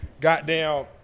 goddamn